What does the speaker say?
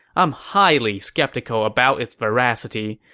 i'm highly skeptical about its veracity,